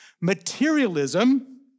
materialism